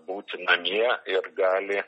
būti namie ir gali